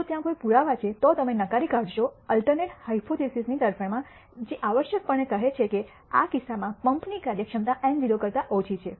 જો ત્યાં કોઈ પુરાવા છે તો તમે નકારી કાઢશો અલ્ટરનેટ હાયપોથીસિસની તરફેણમાં જે આવશ્યકપણે કહે છે કે આ કિસ્સામાં પંપની કાર્યક્ષમતા η₀ કરતા ઓછી છે